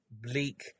bleak